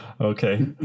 Okay